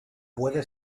puede